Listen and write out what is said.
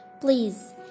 Please